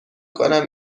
کنم